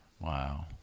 Wow